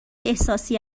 احساسی